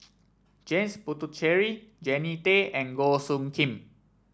James Puthucheary Jannie Tay and Goh Soo Khim